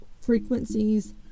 frequencies